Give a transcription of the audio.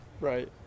right